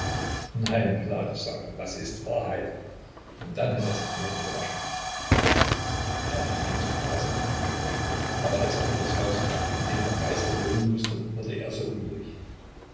nein pilatus sagte was ist wahrheit und dann erst hat er sich die hände gewaschen er fing an zu faseln aber als er vor das haus kam in dem doch geißler wohnen mußte wurde er sehr unruhig